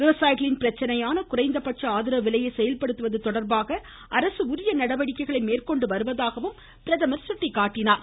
விவசாயிகளின் பிரச்சனையான குறைந்தபட்ச செயல்படுத்துவது தொடர்பாக அரசு உரிய நடவடிக்கைகளை மேற்கொண்டு வருவதாகவும் பிரதமர் சுட்டிக்காட்டினார்